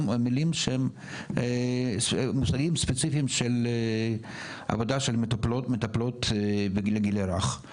גם מושגים ספציפיים של עבודה של מטפלות לגיל הרך.